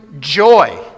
joy